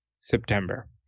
September